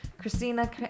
Christina